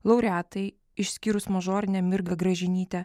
laureatai išskyrus mažorinę mirgą gražinytę